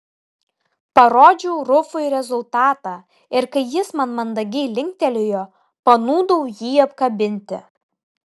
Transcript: parodžiau rufui rezultatą ir kai jis man mandagiai linktelėjo panūdau jį apkabinti